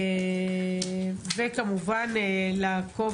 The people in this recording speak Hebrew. וכמובן לעקוב